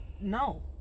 No